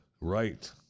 right